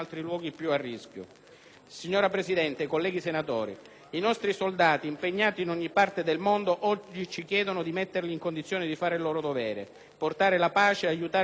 Signora Presidente, colleghi senatori, i nostri soldati impegnati in ogni parte del mondo oggi ci chiedono di metterli in condizione di fare il proprio dovere: portare la pace, aiutare le popolazioni in difficoltà,